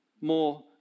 more